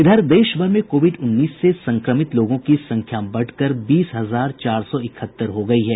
इधर देशभर में कोविड उन्नीस से संक्रमित लोगों की संख्या बढ़कर बीस हजार चार सौ इकहत्तर हो गई है